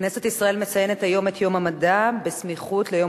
כנסת ישראל מציינת היום את יום המדע בסמיכות ליום